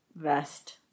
vest